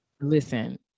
Listen